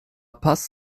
paz